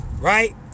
right